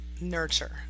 nurture